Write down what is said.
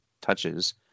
touches